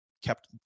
kept